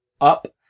up